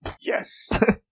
yes